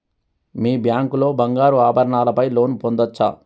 మీ bank లో బంగారు ఆభరణాల పై లోన్ పొందచ్చా?